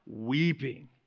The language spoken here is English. weeping